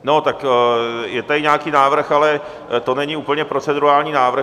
No, tak je tady nějaký návrh, ale to není úplně procedurální návrh.